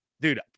Dude